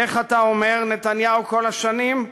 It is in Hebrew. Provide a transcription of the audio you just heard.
איך אתה אומר, נתניהו, כל השנים?